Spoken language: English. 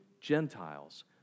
Gentiles